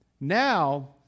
Now